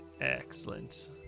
excellent